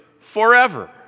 forever